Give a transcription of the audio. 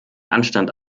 anstand